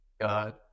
God